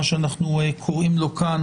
מה שאנחנו קוראים לו כאן